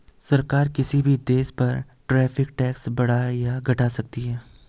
सरकार किसी भी देश पर टैरिफ टैक्स बढ़ा या घटा सकती है